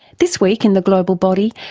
this week in the global body,